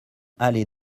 allée